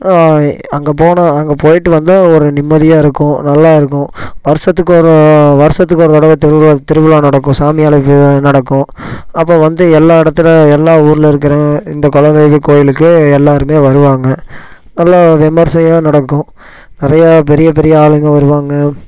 அங்கே போனால் அங்கே போய்ட்டு வந்தால் ஒரு நிம்மதியாக இருக்கும் நல்லா இருக்கும் வருடத்துக்கு ஒரு வருடத்துக்கு ஒரு தடவை திருவிழா திருவிழா நடக்கும் சாமி அழைப்பு நடக்கும் அப்போ வந்து எல்லா இடத்தில் எல்லா ஊரில் இருக்கிற இந்த குலதெய்வ கோயிலுக்கு எல்லோருமே வருவாங்க நல்லா விமர்சையாக நடக்கும் நிறையா பெரிய பெரிய ஆளுங்க வருவாங்க